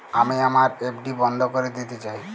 আমি আমার এফ.ডি বন্ধ করে দিতে চাই